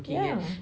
yeah